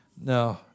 No